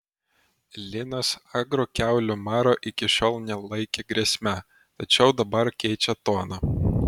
linas agro kiaulių maro iki šiol nelaikė grėsme tačiau dabar keičia toną